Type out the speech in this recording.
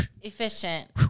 Efficient